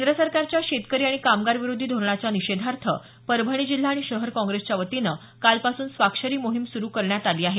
केंद्र सरकारच्या शेतकरी आणि कामगार विरोधी धोरणाच्या निषेधार्थ परभणी जिल्हा आणि शहर काँग्रेसच्या वतीनं कालपासून स्वाक्षरी मोहीम सुरू करण्यात आली आहे